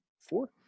four